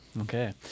okay